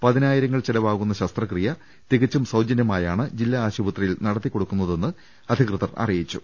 പതിനായിരങ്ങൾ ചിലവാകുന്ന ശസ്ത്രക്രിയ തികച്ചും സൌജന്യമായാണ് ജില്ലാ ആശുപത്രിയിൽ നടത്തിക്കൊടുക്കു ന്നതെന്ന് അധികൃതർ അറിയിച്ചു